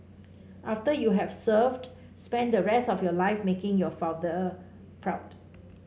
after you have served spend the rest of your life making your father proud